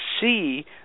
see